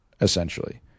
essentially